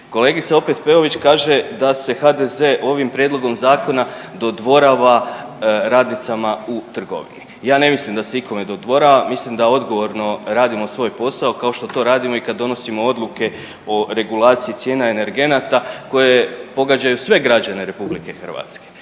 Kolegica opet Peović kaže da se HDZ ovim prijedlogom zakona dodvorava radnicama u trgovini. Ja ne mislim da se ikome dodvoravam, mislim da odgovorno radimo svoj posao kao što to radimo i kad donosimo odluke o regulaciji cijena energenata koje pogađaju sve građane RH. E sad vi ste